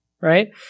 right